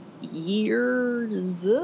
years